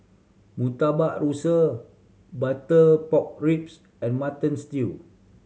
Murtabak Rusa butter pork ribs and Mutton Stew